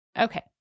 okay